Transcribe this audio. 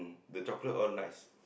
the chocolate all nice